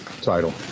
title